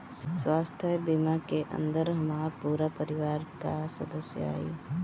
स्वास्थ्य बीमा के अंदर हमार पूरा परिवार का सदस्य आई?